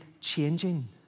changing